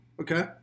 Okay